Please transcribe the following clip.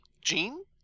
Gene